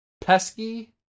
Pesky